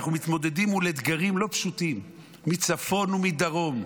אנחנו מתמודדים מול אתגרים לא פשוטים מצפון ומדרום,